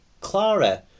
Clara